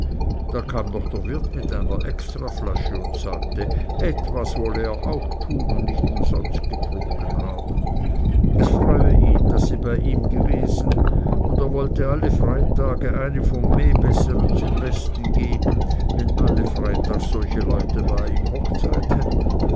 da kam noch der wirt mit einer extraflasche und sagte etwas wolle er auch tun und nicht umsonst getrunken haben es freue ihn daß sie bei ihm gewesen und er wollte alle freitage eine vom mehbesseren zum besten geben wenn alle freitag solche leute bei ihm hochzeit hätten